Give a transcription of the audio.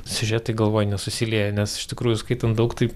siužetai galvoj nesusilieja nes iš tikrųjų skaitant daug tai